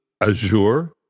azure